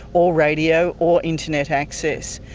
or radio, or internet access.